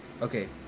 Okay